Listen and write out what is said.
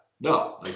No